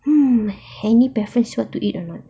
mm any preference what to eat or not